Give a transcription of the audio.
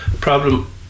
problem